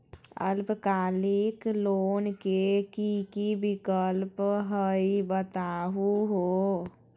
अल्पकालिक लोन के कि कि विक्लप हई बताहु हो?